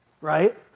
right